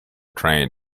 train